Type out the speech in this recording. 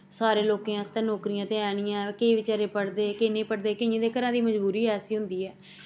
सारें लोकें आस्तै नौकरियां ते ऐ निं ऐ केईं बचारे पढ़दे केईं नेईं पढ़दे केइयें दे घरा दी मजबूरी ऐसी होंदी ऐ